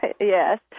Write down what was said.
Yes